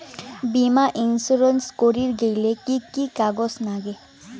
বীমা ইন্সুরেন্স করির গেইলে কি কি কাগজ নাগে?